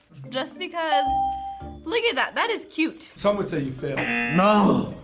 just because look at that. that is cute. some would say you failed. no!